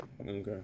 Okay